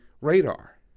radar